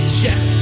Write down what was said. check